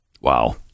Wow